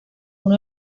uno